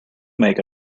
make